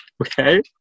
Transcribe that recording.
okay